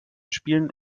spielen